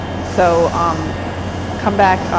so um come back.